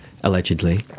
allegedly